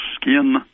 skin